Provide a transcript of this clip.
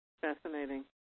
Fascinating